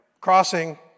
crossing